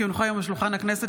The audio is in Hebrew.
כי הונחו היום על שולחן הכנסת,